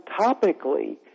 topically